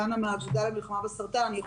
אני דנה מהאגודה למלחמה הסרטן.